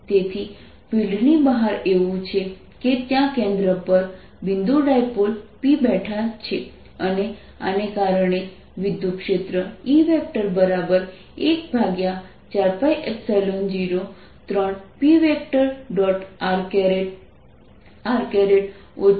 તેથી ફિલ્ડની બહાર એવું છે કે ત્યાં કેન્દ્ર પર બિંદુ ડાયપોલ P બેઠા છે અને આને કારણે વિદ્યુતક્ષેત્ર E 14π0 3P